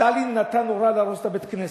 סטלין נתן הוראה להרוס את בית-הכנסת.